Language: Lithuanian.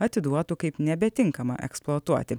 atiduotų kaip nebetinkamą eksploatuoti